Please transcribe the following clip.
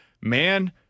man